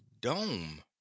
dome